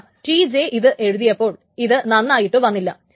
കാരണം Tj ഇത് എഴുതിയപ്പോൾ ഇത് നന്നായിട്ടു വന്നില്ല